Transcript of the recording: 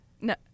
No